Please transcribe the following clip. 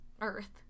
earth